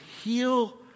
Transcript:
heal